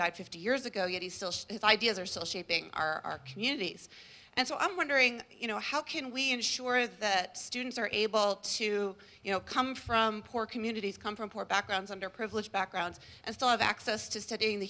died fifty years ago yet he's still ideas are still shaping our communities and so i'm wondering you know how can we ensure that students are able to you know come from poor communities come from poor backgrounds underprivileged backgrounds and still have access to studying the